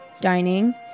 dining